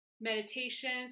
meditations